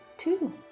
Two